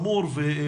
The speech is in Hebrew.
שמור ומוקלד,